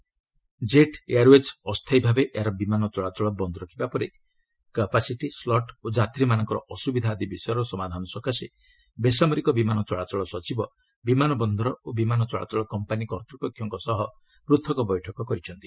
civil aviation Jet Airways ଅସ୍ଥାୟୀଭାବେ ଏହାର ବିମାନ ଚଳାଚଳ ବନ୍ଦ ରଖିବା ପରେ କାପାସିଟି ସ୍ଲୁଟ ଓ ଯାତ୍ରୀମାନଙ୍କର ଅସୁବିଧା ଆଦି ବିଷୟର ସମାଧାନ ସକାଶେ ବେସାମରିକ ବିମାନ ଚଳାଚଳ ସଚିବ ବିମାନବନ୍ଦର ଓ ବିମାନ ଚଳାଚଳ କମ୍ପାନୀ କର୍ତ୍ତୃପକ୍ଷଙ୍କ ସହ ପୂଥକ ବୈଠକ କରିଛନ୍ତି